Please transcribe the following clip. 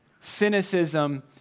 Cynicism